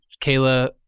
Kayla